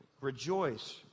Rejoice